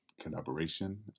collaboration